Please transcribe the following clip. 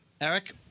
Eric